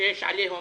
שיש עליהן עליהום.